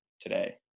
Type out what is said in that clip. today